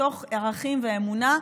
מתוך ערכים ואמונה,